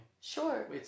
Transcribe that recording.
Sure